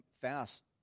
fast